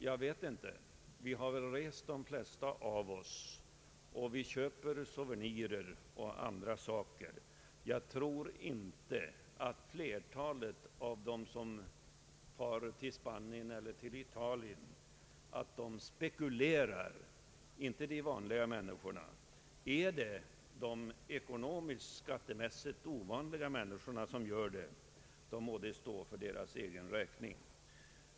De flesta av oss har väl rest och vi köper souvenirer och andra saker. Jag tror inte att flertalet av dem som far till Spanien eller Italien spekulerar — inte de vanliga människorna. Om de ekonomiskt och skattemässigt ovanliga människorna gör detta får det stå för deras räkning.